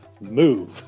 Move